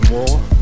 more